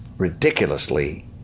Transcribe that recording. ridiculously